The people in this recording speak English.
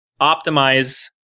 optimize